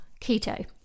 keto